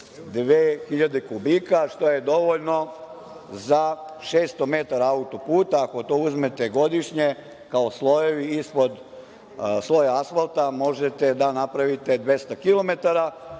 kubika, što je dovoljno za šesto metara autoputa. Ako to uzmete godišnje, kao slojevi ispod sloja asfalta, možete da napravite 200 kilometara,